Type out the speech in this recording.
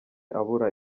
abura